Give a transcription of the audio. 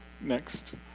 Next